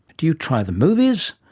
do you try the movies,